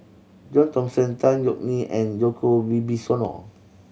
John Thomson Tan Yeok Nee and Djoko Wibisono